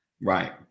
Right